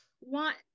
want